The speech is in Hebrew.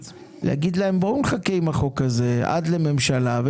דווקא עכשיו שיש ממשלה כזאת שמסתמנת, ממשלה גדולה